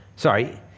Sorry